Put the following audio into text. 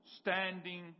standing